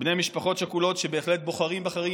בני משפחות שכולות שבהחלט בוחרים בחיים